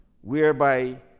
whereby